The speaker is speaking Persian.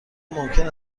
ممکن